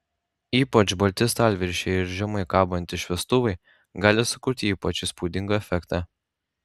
ypač balti stalviršiai ir žemai kabantys šviestuvai gali sukurti ypač įspūdingą efektą